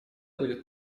будет